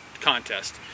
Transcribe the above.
contest